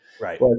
Right